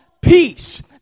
peace